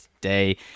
today